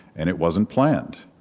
and it wasn't planned.